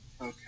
okay